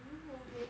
oh okay